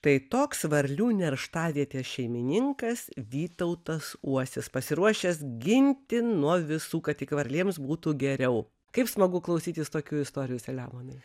tai toks varlių nerštavietės šeimininkas vytautas uosis pasiruošęs ginti nuo visų kad tik varlėms būtų geriau kaip smagu klausytis tokių istorijų selemonai